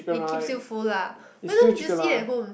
it keeps you full lah what else do you see at home